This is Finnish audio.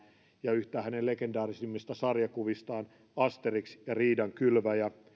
ja yhtä hänen legendaarisimmista sarjakuvistaan asterix ja riidankylväjä